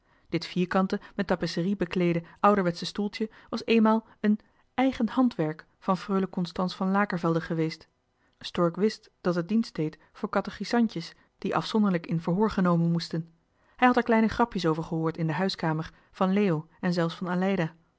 dit vierkante met tapisserie bekleede ouderwetsche stoeltje was eenmaal een eigen handwerk van freule constance van lakervelde geweest stork wist dat het dienst deed voor catechisantjes die afzonderlijk in verhoor genomen moesten hij had er kleine grapjes over gehoord in de huiskamer van leo en zelfs van aleida